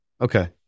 okay